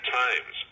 times